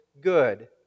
good